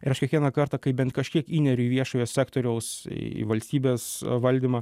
ir aš kiekvieną kartą kai bent kažkiek įneriu į viešojo sektoriaus į valstybės valdymą